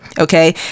Okay